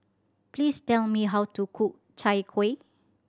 please tell me how to cook Chai Kuih